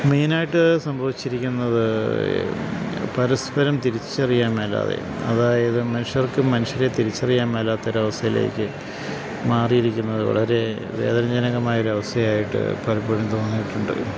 main ആയിട്ട് സംഭവിച്ചിരിക്കുന്നത് പരസ്പരം തിരിച്ചറിയാൻ മേലാതെ അതായത് മനുഷ്യർക്ക് മനുഷ്യരെ തിരിച്ചറിയാമ്മേലാത്തൊരവസ്ഥേലേക്ക് മാറിയിരിക്കുന്നത് വളരെ വേദനാജനകമായ ഒരു അവസ്ഥയായിട്ട് പലപ്പഴും തോന്നിയിട്ടുണ്ട്